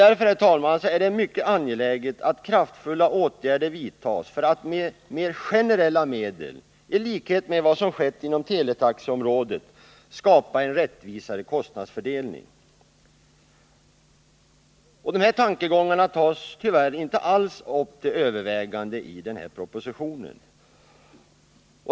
Därför, herr talman, är det mycket angeläget att kraftfulla åtgärder vidtas för att med mer generella medel, i likhet med vad som skett inom teletaxeområdet, skapa en rättvisare kostnadsfördelning. Dessa tankegångar tas inte alls upp till övervägande i denna proposition.